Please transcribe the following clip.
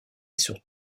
sur